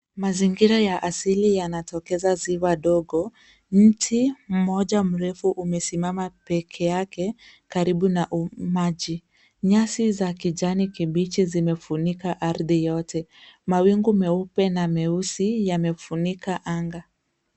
Mazingira ya asili yanatokeza ziwa dogo. Mti mmoja mrefu umesimama pekeake karibu na maji. Nyasi za kijani kibichi zimefunika ardhi yote. Mawingu meupe na meusi yamefunika anga.